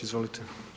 Izvolite.